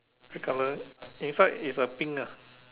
red color inside is a pink ah